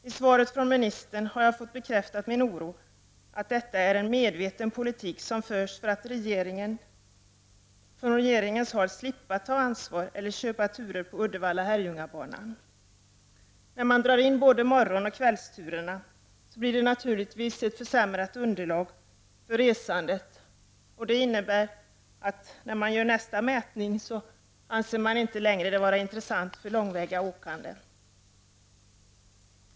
I svaret från ministern har jag fått min oro bekräftad, nämligen att detta är en medveten politik som förs för att regeringen skall slippa ta ansvar eller köpa turer på Uddevalla— Herrljungabanan. I och med att man drar in morgonoch kvällsturerna blir det naturligtvis ett försämrat underlag för resandet. När man gör nästa mätning anser man det inte längre intressant med långväga åkande.